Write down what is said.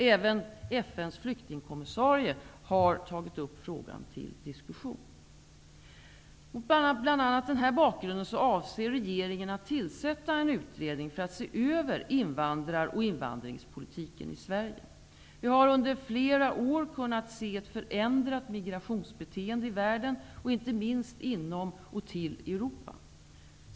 Även FN:s flyktingkommisarie har tagit upp frågan till diskussion. Mot bl.a. denna bakgrund avser regeringen att tillsätta en utredning för att se över invandrar och invandringspolitiken i Sverige. Vi har under flera år kunnat se ett förändrat migrationsbeteende i världen, inte minst inom och till Europa.